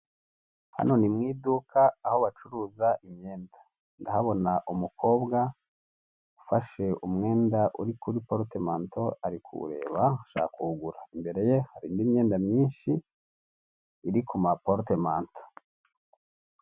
Hano ni mu iduka aho bacuruza imyenda ndahabona umukobwa ufashe umwenda uri kuri porutemanto ari kuwureba ashaka kuwugura. Imbere ye hari indi myenda myinshi iri ku maporutemanto.